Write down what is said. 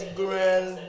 grand